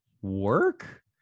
work